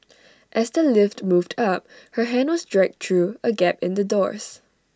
as the lift moved up her hand was dragged through A gap in the doors